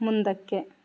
ಮುಂದಕ್ಕೆ